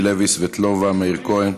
מיקי לוי, סבטלובה, מאיר כהן.